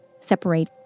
Separate